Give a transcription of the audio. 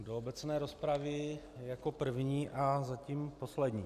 Do obecné rozpravy jako první a zatím poslední.